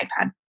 iPad